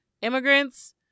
Immigrants